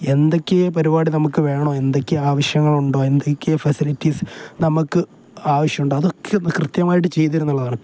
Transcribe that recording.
എന്തൊക്കെയാണ് പരിപാടി നമുക്ക് വേണോ എന്തൊക്കെയാണ് ആവശ്യങ്ങളുണ്ടോ എന്തൊക്കെയാണ് ഫെസിലിറ്റീസ് നമുക്ക് ആവശ്യമുണ്ട് അതൊക്കെ കൃത്യമായിട്ട് ചെയ്തു തരിക എന്നുള്ളതാണ്